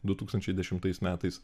du tūkstančiai dešimtais metais